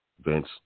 Vince